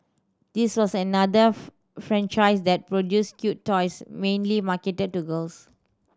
this was another franchise that produced cute toys mainly marketed to girls